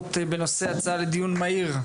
והספורט בנושא הצעה לדיון מהיר,